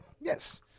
Yes